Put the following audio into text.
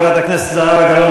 חברת הכנסת גלאון,